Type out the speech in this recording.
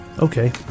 Okay